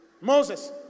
Moses